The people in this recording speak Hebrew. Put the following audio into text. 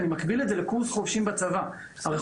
אני מקביל את זה לקורס חובשים בצבא: הרי,